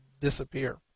disappear